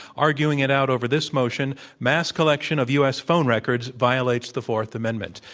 arguing it out over this motion mass collection of u. s. phone records violates the fourth amendment.